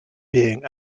being